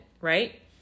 right